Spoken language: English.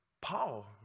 Paul